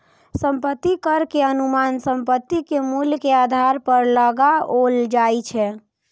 संपत्ति कर के अनुमान संपत्ति के मूल्य के आधार पर लगाओल जाइ छै